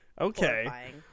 Okay